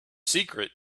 secret